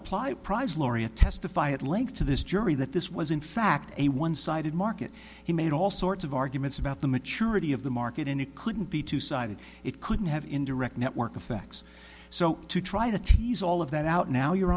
nobel prize laureate testify at length to this jury that this was in fact a one sided market he made all sorts of arguments about the maturity of the market and it couldn't be two sided it couldn't have indirect network effects so to try to tease all of that out now your